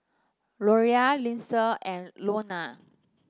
Loria Linsey and Lorna